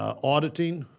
ah auditing,